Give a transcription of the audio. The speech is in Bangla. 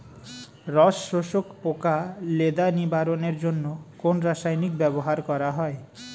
রস শোষক পোকা লেদা নিবারণের জন্য কোন রাসায়নিক ব্যবহার করা হয়?